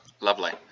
lovely